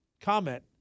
comment